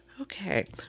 Okay